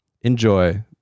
enjoy